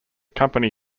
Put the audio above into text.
company